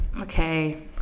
Okay